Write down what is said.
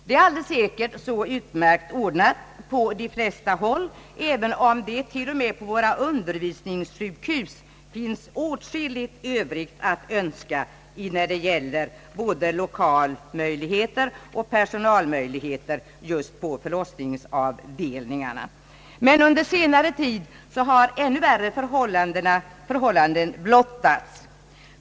Det är alldeles säkert utmärkt ordnat på de flesta håll, även om det till och med på våra undervisningssjukhus finns åtskilligt övrigt att önska både när det gäller lokaler och personal just på förlossningsavdelningarna. Men under senare tid har ännu värre förhållanden blottats.